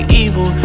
evil